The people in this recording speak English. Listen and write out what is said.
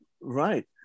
right